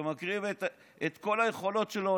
שמקריב את כל היכולות שלו,